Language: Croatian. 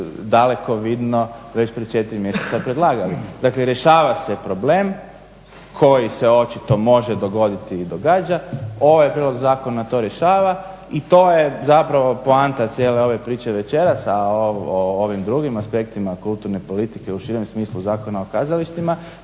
dalekovidno već prije četiri mjeseca predlagali. Dakle, rješava se problem koji se očito može dogoditi i događa. Ovaj prijedlog zakona to rješava i to je zapravo poanta cijele ove priče večeras, a o ovim drugim aspektima kulturne politike u širem smislu Zakona o kazalištima